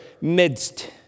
midst